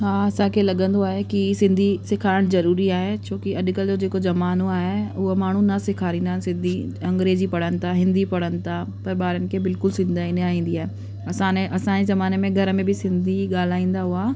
हा असांखे लॻंदो आहे की सिंधी सेखारणु ज़रूरी आहे छकी अॼुकल्ह जेको ज़मानो आहे उहा माण्हू न सेखारींदा आहिनि सिंधी अंग्रेजी पढ़नि था हिंदी पढ़नि था पर ॿारनि खे बिल्कुलु सिंधई न ईंदी आहे असां हाणे असांजे ज़माने में घर में बि सिंधी ई ॻाल्हाईंदा हुआ